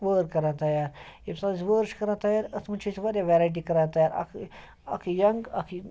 وأر کران تَیار ییٚمہِ ساتہٕ أسۍ وأر چھِ کران تَیار اَتھ منٛز چھِ أسۍ واریاہ وٮ۪رایٹی کران تَیار اَکھ اَکھ یَنٛگ اَکھ